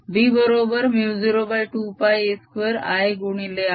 b बरोबर μ02π a2 I गुणिले r